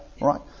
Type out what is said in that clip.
right